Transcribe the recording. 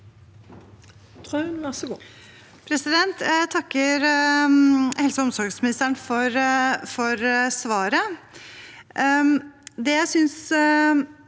Jeg takker helse- og omsorgsministeren for svaret.